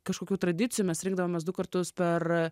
kažkokių tradicijų mes rinkdavomės du kartus per